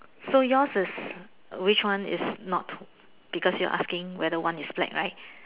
so yours is which one is not because you're asking whether one is black right